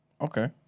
okay